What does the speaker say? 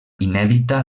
inèdita